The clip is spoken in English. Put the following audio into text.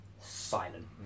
silent